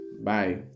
bye